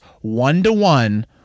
one-to-one